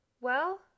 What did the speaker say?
Well